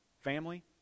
family